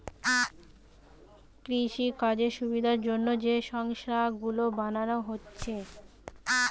কৃষিকাজের সুবিধার জন্যে যে সংস্থা গুলো বানানা হচ্ছে